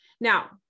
Now